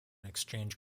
exchange